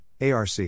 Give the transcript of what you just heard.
ARC